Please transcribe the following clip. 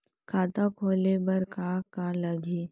खाता खोले बार का का लागही?